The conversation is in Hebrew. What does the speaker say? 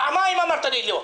פעמיים אמרת לי לא,